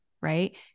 right